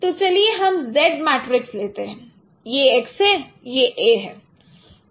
तो चलिए हम Z मैट्रिक्स लेते हैं यह X है यह A है